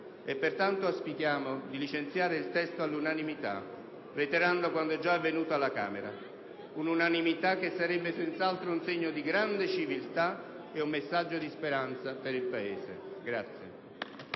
Pertanto, auspichiamo di licenziare il testo all'unanimità, reiterando quanto già avvenuto alla Camera. Un'unanimità che sarebbe senz'altro un segno di grande civiltà e un messaggio di speranza per il Paese.